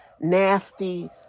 nasty